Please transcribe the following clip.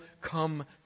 come